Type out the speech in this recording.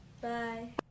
Bye